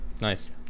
Nice